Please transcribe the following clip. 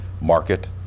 market